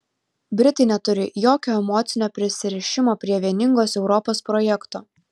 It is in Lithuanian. britai neturi jokio emocinio prisirišimo prie vieningos europos projekto